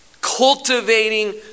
Cultivating